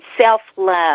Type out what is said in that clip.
self-love